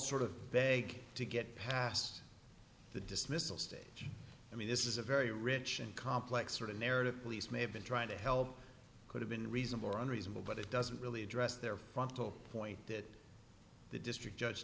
sort of beg to get past the dismissal stage i mean this is a very rich and complex sort of narrative police may have been trying to help could have been reasonable or unreasonable but it doesn't really address their frontal point that the district judge